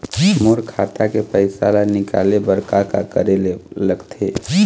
मोर खाता के पैसा ला निकाले बर का का करे ले लगथे?